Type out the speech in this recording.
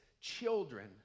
children